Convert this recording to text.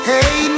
Hey